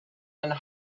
and